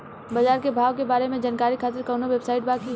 बाजार के भाव के बारे में जानकारी खातिर कवनो वेबसाइट बा की?